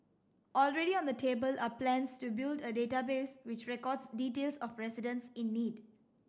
already on the table are plans to build a database which records details of residents in need